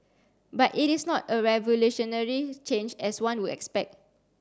but it is not a revolutionary change as one would expect